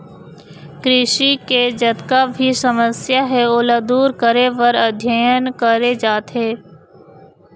कृषि के जतका भी समस्या हे ओला दूर करे बर अध्ययन करे जाथे